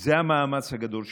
זה המאמץ הגדול שלנו.